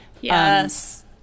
Yes